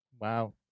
Wow